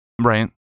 Right